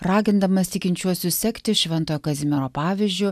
ragindamas tikinčiuosius sekti šventojo kazimiero pavyzdžiu